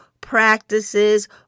practices